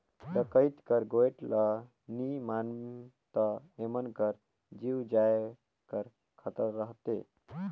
डकइत कर गोएठ ल नी मानें ता एमन कर जीव जाए कर खतरा रहथे